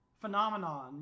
phenomenon